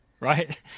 right